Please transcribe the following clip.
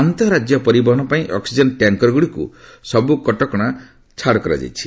ଆନ୍ତଃରାଜ୍ୟ ପରିବହନ ପାଇଁ ଅକ୍ଟିଜେନ୍ ଟ୍ୟାଙ୍କର୍ଗୁଡ଼ିକୁ ସବୁ କଟକଣା ଛାଡ଼ କରାଯାଇଛି